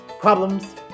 Problems